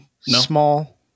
Small